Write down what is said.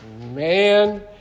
man